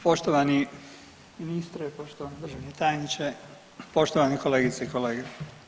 Poštovani ministre, poštovani državni tajniče, poštovane kolegice i kolege.